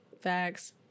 facts